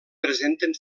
presenten